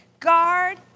guard